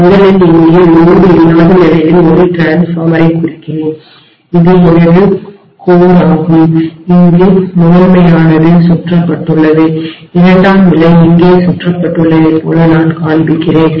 முதலில் இங்கே ஒரு சுமை லோடு இல்லாத நிலையில் ஒரு டிரான்ஸ்ஃபார்மரை மின்மாற்றியைக் குறிக்கிறேன் இது எனது கோர் மையமாகும் இங்கு முதன்மையானது சுற்றப்பட்டுள்ளது இரண்டாம் நிலை இங்கே சுற்றப்பட்டுள்ளதைப் போல நான் காண்பிக்கிறேன்